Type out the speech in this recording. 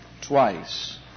twice